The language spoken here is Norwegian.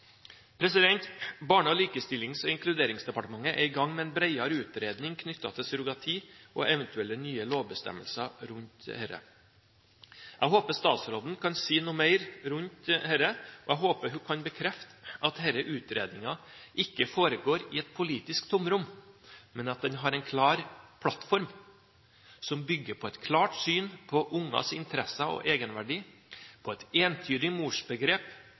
Barne-, likestillings- og inkluderingsdepartementet er i gang med en bredere utredning knyttet til surrogati og eventuelle nye lovbestemmelser rundt dette. Jeg håper statsråden kan si noe mer rundt dette, og jeg håper hun kan bekrefte at denne utredningen ikke foregår i et politisk tomrom, men at man har en klar plattform som bygger på et klart syn på ungers interesse og egenverdi, på et entydig morsbegrep